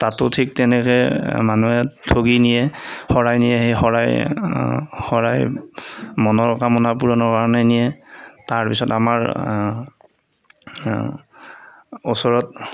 তাতো ঠিক তেনেকে মানুহে ঠগী নিয়ে শৰাই নিয়ে সেই শৰাই শৰাই মনৰ কামনা পূৰণৰ কাৰণে নিয়ে তাৰ পিছত আমাৰ ওচৰত